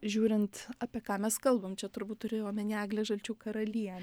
žiūrint apie ką mes kalbam čia turbūt turėjai omeny eglę žalčių karalienę